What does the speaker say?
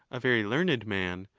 a very learned man,